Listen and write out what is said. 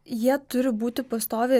jie turi būti pastoviai